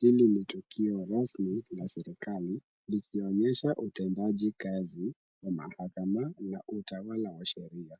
Hili ni tukio rasmi la serikali, likionyesha utendaji kazi wa mahakama na utawala wa sheria.